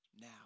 now